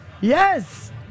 Yes